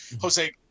Jose